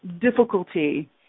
difficulty